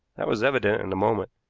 that was evident in a moment,